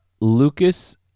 Lucas